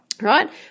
right